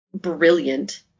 brilliant